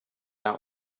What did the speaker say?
out